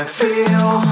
feel